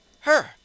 her